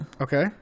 Okay